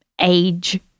age